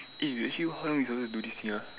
eh actually what are we supposed to do this here